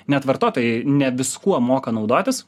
net vartotojai ne viskuo moka naudotis